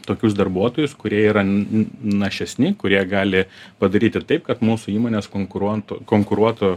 tokius darbuotojus kurie yra n našesni kurie gali padaryti taip kad mūsų įmonės konkuruontų konkuruotų